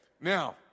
Now